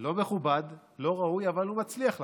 לא מכובד, לא ראוי, אבל הוא מצליח לכם.